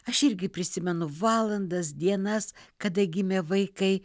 aš irgi prisimenu valandas dienas kada gimė vaikai